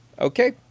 Okay